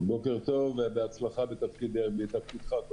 בוקר טוב, ובהצלחה בתפקידך.